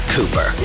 Cooper